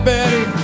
Betty